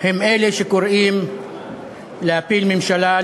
הם אלה שקוראים להפיל ממשלה,